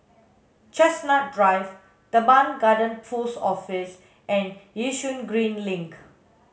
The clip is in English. Chestnut Drive Teban Garden Post Office and Yishun Green Link